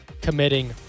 committing